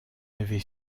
avait